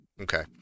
Okay